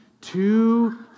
two